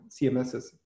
CMSs